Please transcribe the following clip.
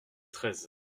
treize